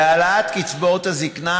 להעלאת קצבאות הזקנה,